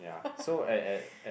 so at at at